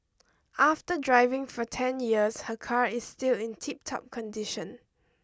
after driving for ten years her car is still in tiptop condition